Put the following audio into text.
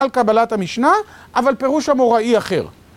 על קבלת המשנה אבל פירוש אמוראי אחר.